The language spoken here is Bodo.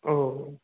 औ